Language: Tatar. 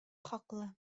хаклы